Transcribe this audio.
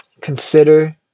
consider